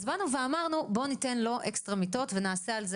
אז באנו ואמרנו "..בואו ניתן לו אקסטרה מיטות ונעשה על זה